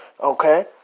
Okay